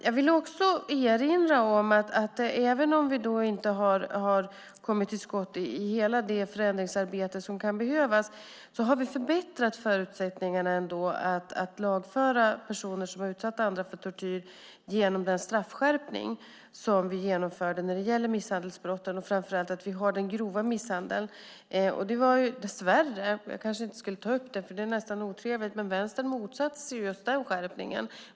Jag vill också erinra om att vi, även om vi inte kommit till skott med hela det förändringsarbete som kan behövas, ändå har förbättrat förutsättningarna att lagföra personer som har utsatt andra för tortyr genom den straffskärpning vi genomförde när det gäller misshandelsbrott. Framför allt har vi den grova misshandeln. Det var dess värre - jag kanske inte borde ta upp det; det är nästan otrevligt - så att Vänstern motsatte sig den skärpningen.